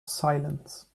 silence